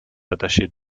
attachées